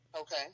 Okay